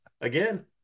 again